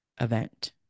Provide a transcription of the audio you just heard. event